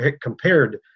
compared